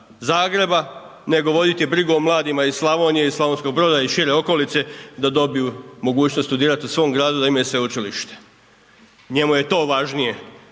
Zagreba, nego voditi brigu o mladima iz Slavonije i Slavonskog Broda i šire okolice da dobiju mogućnost studirat u svom gradu da imaju sveučilište. Njemu je to važnije,